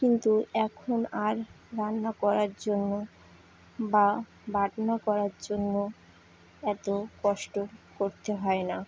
কিন্তু এখন আর রান্না করার জন্য বা বাটনা করার জন্য এত কষ্ট করতে হয় না